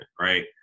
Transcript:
Right